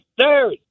third